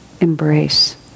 embrace